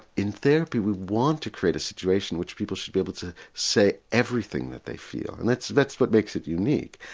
in therapy we want to create a situation in which people should be able to say everything that they feel and that's that's what makes it unique.